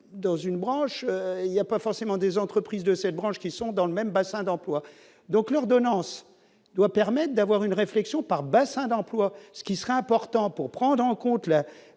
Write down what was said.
dans une branche, il n'y a pas forcément des entreprises de cette branche, qui sont dans le même bassin d'emploi, donc l'ordonnance doit permettre d'avoir une réflexion par bassin d'emploi, ce qui serait important pour prendre en compte